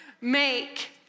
make